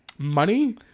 money